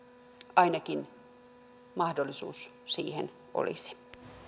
ainakin mahdollisuus siihen olisi